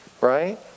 Right